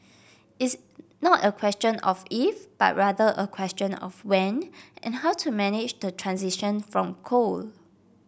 it's not a question of if but rather a question of when and how to manage the transition from coal